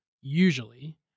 usually